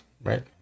right